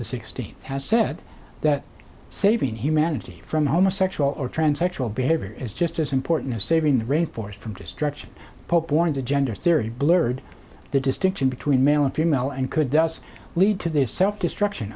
the sixteenth has said that saving humanity from homo sexual or trans sexual behavior is just as important as saving the rain forest from destruction pope born to gender theory blurred the distinction between male and female and could thus lead to this self destruction